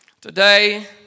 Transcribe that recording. Today